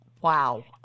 Wow